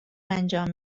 انجام